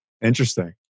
Interesting